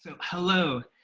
so hello.